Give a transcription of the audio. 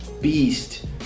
beast